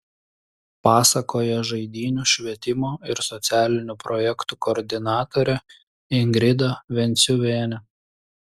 pasakoja žaidynių švietimo ir socialinių projektų koordinatorė ingrida venciuvienė